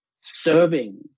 serving